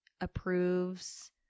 approves